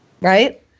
right